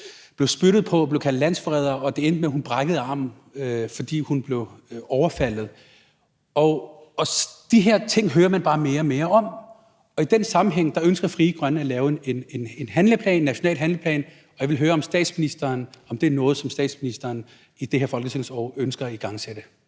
blev spyttet på og kaldt landsforræder, og det endte med, at hun brækkede armen, fordi hun blev overfaldet. De her ting hører man bare mere og mere om. I den sammenhæng ønsker Frie Grønne at lave en national handleplan, og jeg vil høre statsministeren, om det er noget, som statsministeren ønsker at igangsætte